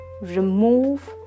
remove